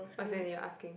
as in you're asking